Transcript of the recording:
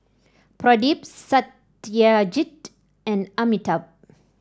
Pradip Satyajit and Amitabh